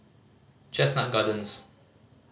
Chestnut Gardens